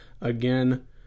again